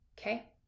okay